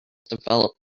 developed